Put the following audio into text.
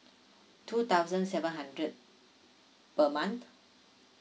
two thousand seven hundred per month